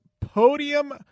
Podium